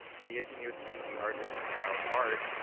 and the engineers teach the artists about art.